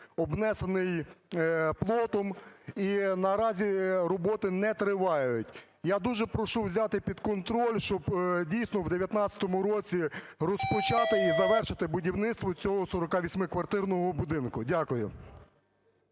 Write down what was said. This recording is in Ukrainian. обнесений плотом, і наразі роботи не тривають. Я дуже прошу взяти під контроль, щоб дійсно в 19-му році розпочати і завершити будівництво цього 48-квартирного будинку. Дякую.